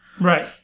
Right